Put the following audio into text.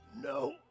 No